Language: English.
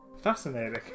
Fascinating